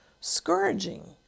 scourging